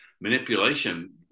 Manipulation